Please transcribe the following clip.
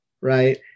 right